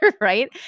right